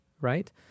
right